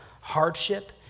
hardship